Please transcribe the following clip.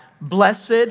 blessed